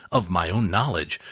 of my own knowledge,